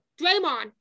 Draymond